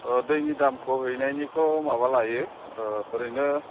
ओ दैनि दामखौ हैनायनिखौ माबा लायो ओरैनो